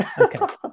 Okay